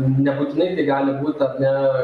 nebūtinai gali būt ar ne